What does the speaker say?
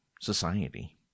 society